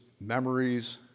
memories